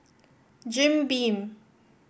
Jim Beam